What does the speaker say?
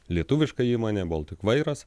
lietuviška įmonė boltik vairas